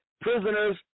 prisoners